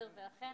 אכן